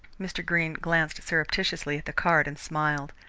mr. greene glanced surreptitiously at the card and smiled.